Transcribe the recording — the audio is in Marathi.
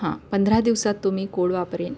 हां पंधरा दिवसात तो मी कोड वापरेन